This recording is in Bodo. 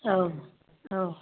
औ औ